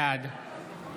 בעד